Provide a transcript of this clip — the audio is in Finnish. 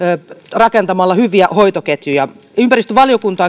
rakentamaan hyviä hoitoketjuja ympäristövaliokunta